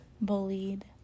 Bullied